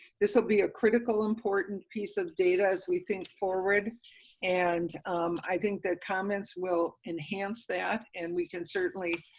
this will be a critical important piece of data as we think forward and i think the comments will enhance that and we can certainly,